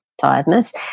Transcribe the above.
tiredness